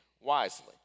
wisely